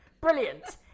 Brilliant